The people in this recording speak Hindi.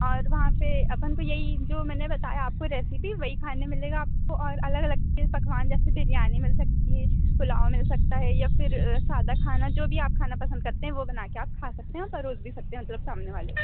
और वहाँ पर अपन तो यही जो मैंने बताया आपको रेसिपी वही खाने मिलेगा आपको और अलग अलग के पकवान जैसे बिरयानी मिल सकती है पुलाव मिल सकता है या फिर सादा खाना जो भी आप खाना पसंद करते हैं वो बना कर आप खा सकते हैं और परोस भी सकते हैं मतलब सामने वाले को